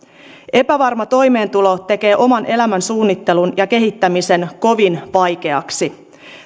epävarma toimeentulo tekee oman elämän suunnittelun ja kehittämisen kovin vaikeaksi